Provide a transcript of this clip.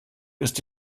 ist